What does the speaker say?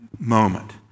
moment